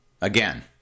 Again